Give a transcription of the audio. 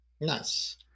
Nice